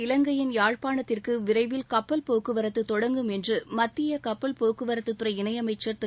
இலங்கையின் யாழ்ப்பாணத்திற்கு விரைவில் கப்பல் போக்குவரத்து தொடங்கும் என்று மத்திய கப்பல் போக்குவரத்து துறை இணையமைச்சர் திரு